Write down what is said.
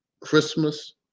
Christmas